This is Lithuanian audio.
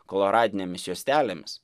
koloradinėmis juostelėmis